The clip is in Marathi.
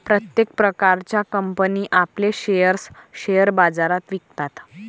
प्रत्येक प्रकारच्या कंपनी आपले शेअर्स शेअर बाजारात विकतात